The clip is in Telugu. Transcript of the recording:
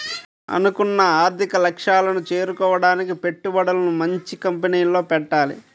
అనుకున్న ఆర్థిక లక్ష్యాలను చేరుకోడానికి పెట్టుబడులను మంచి కంపెనీల్లో పెట్టాలి